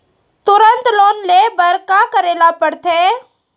तुरंत लोन ले बर का करे ला पढ़थे?